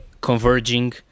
converging